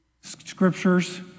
scriptures